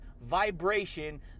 vibration